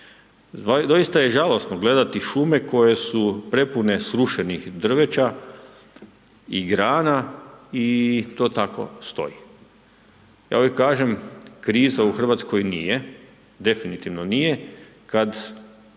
Doista je žalosno gledati šume koje su prepune srušenih drveća i grana i to tako stoji. Ja uvijek kažem, kriza u Hrvatskoj nije. Definitivno nije kada